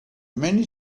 many